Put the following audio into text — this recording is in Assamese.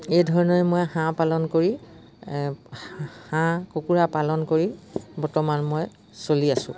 এই ধৰণে মই হাঁহ পালন কৰি হাঁহ কুকুৰা পালন কৰি বৰ্তমান মই চলি আছোঁ